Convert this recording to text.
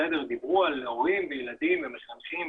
בסדר דיברו על הורים ילדים ומחנכים,